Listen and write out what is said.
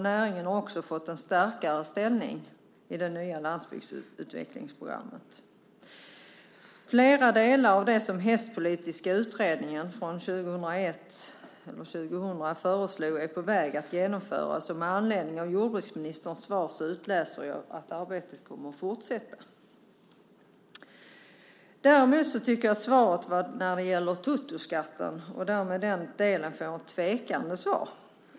Näringen har också fått en starkare ställning i det nya landsbygdsutvecklingsprogrammet. Flera delar i det som den hästpolitiska utredningen från 2000 föreslog är på väg att genomföras. Av jordbruksministerns svar utläser jag att arbetet också kommer att fortsätta. Däremot tycker jag att svaret i den del som gäller totoskatten var ett tvekande svar.